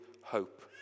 hope